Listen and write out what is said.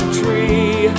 tree